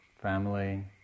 family